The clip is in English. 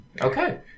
Okay